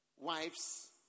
wives